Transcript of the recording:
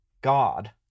God